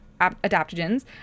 adaptogens